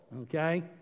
okay